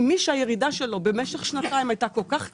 מי שהירידה שלו במשך שנתיים הייתה כל כך קשה,